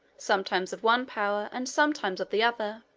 sometimes of one power and sometimes of the other.